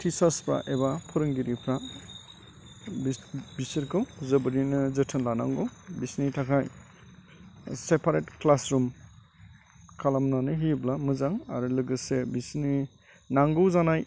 टिचार्सफ्रा एबा फोरोंगिरिफ्रा बिसोरखौ जोबोरैनो जोथोन लानांगौ बिसिनि थाखाय सेपारेट क्लासरुम खालामनानै होयोब्ला मोजां आरो लोगोसे बिसिनि नांगौ जानाय